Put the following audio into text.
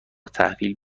تحویل